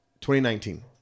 2019